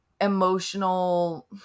emotional